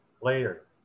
later